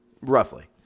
roughly